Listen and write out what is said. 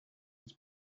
his